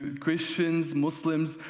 christians, muslims,